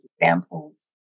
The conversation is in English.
examples